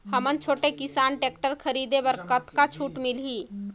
हमन छोटे किसान टेक्टर खरीदे बर कतका छूट मिलही?